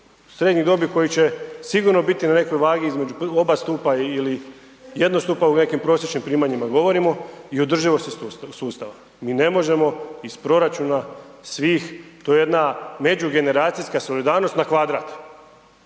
srednjih dobi koji će sigurno biti na nekoj vagi između oba stupa ili jednostupa o nekim prosječnim primanjima govorimo i održivosti sustava. Mi ne možemo iz proračuna svih to je jedna međugeneracijska solidarnost na kvadrat.